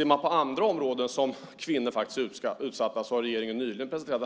Om man ser på andra områden där kvinnor är utsatta kan man notera att regeringen nyligen har presenterat